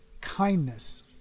kindness